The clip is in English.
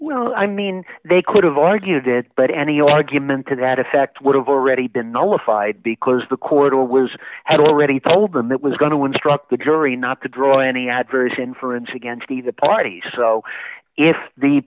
well i mean they could have argued it but any argument to that effect would have already been nullified because the court or was had already told them it was going to instruct the jury not to draw any adverse inference against either party so if the